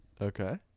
Okay